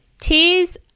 tears